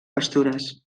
pastures